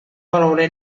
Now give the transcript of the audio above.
valore